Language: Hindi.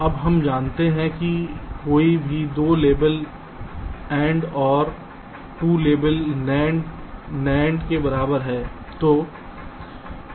अब हम जानते हैं कि कोई भी 2 label AND OR 2 label NAND NAND के बराबर है